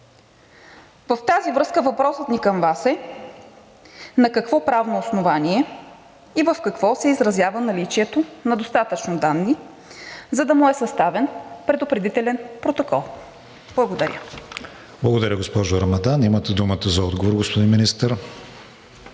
В тази връзка въпросът ми към Вас е: на какво правно основание и в какво се изразява наличието на достатъчно данни, за да му е съставен предупредителен протокол. Благодаря. ПРЕДСЕДАТЕЛ КРИСТИАН ВИГЕНИН: Благодаря, госпожо Рамадан. Имате думата за отговор, господин Министър.